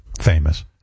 famous